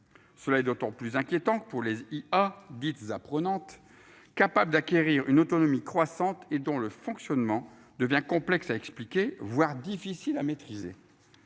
Cela est d'autant plus inquiétant que pour les. Il a dit prenantes capable d'acquérir une autonomie croissante et dont le fonctionnement devient complexe à expliquer, voire difficile à maîtriser.